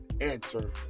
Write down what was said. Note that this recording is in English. answer